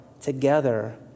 together